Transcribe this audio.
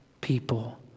people